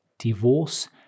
Divorce